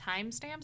timestamps